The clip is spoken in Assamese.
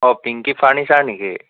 অঁ পিংকি ফাৰ্নিচাৰ নেকি